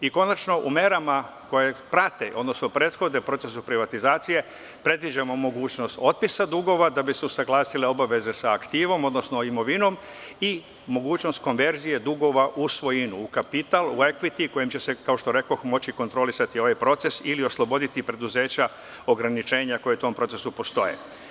I, konačno u merama koje prate, odnosno prethode procesu privatizacije predviđamo mogućnost otpisa dugova da bi se usaglasile obaveze sa aktivom, odnosno imovinom, i mogućnost konverzije dugova u svojinu, u kapital, u ekviti, kojem će se, kao što rekoh, moći kontrolisati ovaj proces i osloboditi preduzeća ograničenja koji u tom procesu postoje.